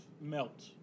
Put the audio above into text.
melt